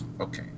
Okay